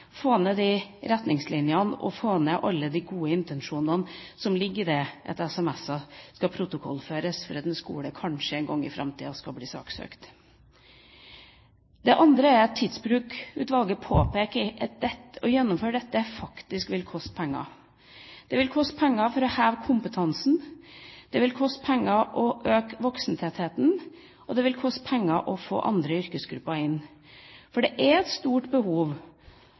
få ned antall krav, få ned retningslinjene og få ned alle de gode intensjonene som ligger i det at sms-er skal protokollføres fordi en skole kanskje en gang i framtida skal bli saksøkt. Det andre er at Tidsbrukutvalget påpeker at å gjennomføre dette faktisk vil koste penger. Det vil koste penger å heve kompetansen. Det vil koste penger å øke voksentettheten, og det vil koste penger å få andre yrkesgrupper inn. For det er et stort behov